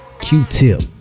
Q-Tip